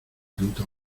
junto